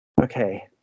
okay